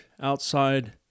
outside